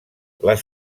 les